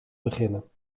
beginnen